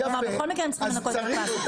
בכל מקרה הם צריכים לנקות את הפס.